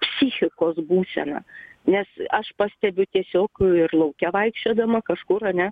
psichikos būsena nes aš pastebiu tiesiog ir lauke vaikščiodama kažkur ane